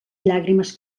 llàgrimes